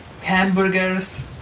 hamburgers